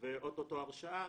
ואו-טו-טו הרשאה,